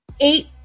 eight